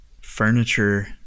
Furniture